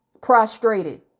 Prostrated